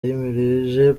yimirije